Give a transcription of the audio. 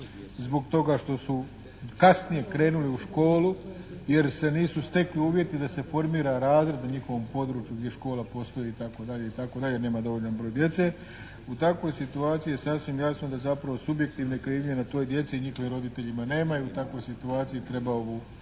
zbog toga što su kasnije krenuli u školu jer se nisu stekli uvjeti da se formira razred na njihovom području gdje škola postoji i tako dalje i tako dalje, nema dovoljan broj djece. U takvoj situaciji je sasvim jasno da zapravo subjektivne krivnje na toj djeci i njihovim roditeljima nema i u takvoj situaciji treba ovu